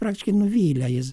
praktiškai nuvylė jis